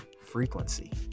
frequency